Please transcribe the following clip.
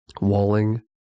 walling